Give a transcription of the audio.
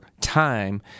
time